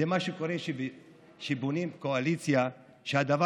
זה מה שקורה כשבונים קואליציה שהדבר